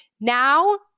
Now